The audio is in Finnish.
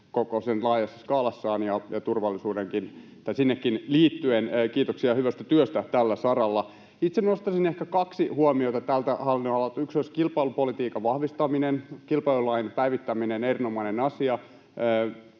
koko sen laajassa skaalassa ja turvallisuuteenkin liittyen. Kiitoksia hyvästä työstä tällä saralla. Itse nostaisin ehkä kaksi huomiota tältä hallinnonalalta: Yksi olisi kilpailupolitiikan vahvistaminen, kilpailulain päivittäminen — erinomainen asia,